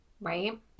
Right